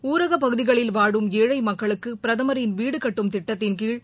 ஊரகப்பகுதிகளில் வாழும் ஏழை மக்களுக்கு பிரதமரின் வீடு கட்டும் திட்டத்தின்கீழ்